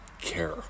care